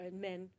men